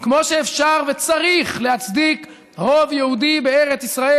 כמו שאפשר וצריך להצדיק רוב יהודי בארץ ישראל,